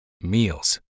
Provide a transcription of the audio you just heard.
Meals